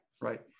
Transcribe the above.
Right